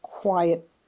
quiet